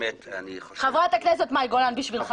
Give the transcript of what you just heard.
באמת- -- חברת הכנסת מאי גולן בשבילך.